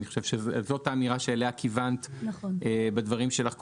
אני חושב שזאת האמירה אליה כיוונת בדברים שלך קודם.